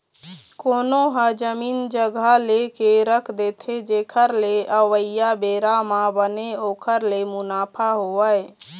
कोनो ह जमीन जघा लेके रख देथे जेखर ले अवइया बेरा म बने ओखर ले मुनाफा होवय